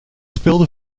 speelde